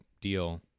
deal